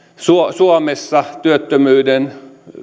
suomessa työttömyyden